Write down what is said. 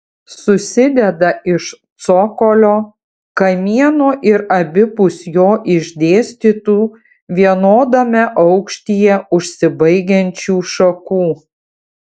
susideda iš cokolio kamieno ir abipus jo išdėstytų vienodame aukštyje užsibaigiančių šakų